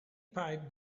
pipe